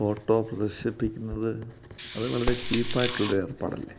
photo പ്രദർശിപ്പിക്കുന്നത് അത് വളരെ ചീപ്പായിട്ടുള്ളൊരു ഏർപ്പാടല്ലേ